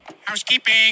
housekeeping